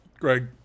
Greg